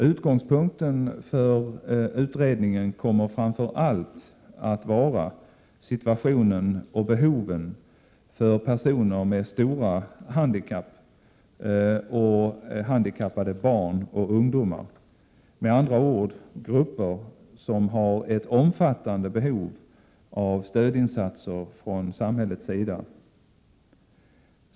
Utgångspunkten för utredningen kommer framför allt att vara situationen och behoven för personer med svåra handikapp och handikappade barn och ungdomar, med andra ord grupper som har ett omfattande behov av stödinsatser från samhällets sida.